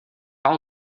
all